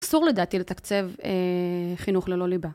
אסור לדעתי לתקצב חינוך ללא ליבה.